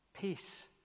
Peace